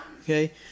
okay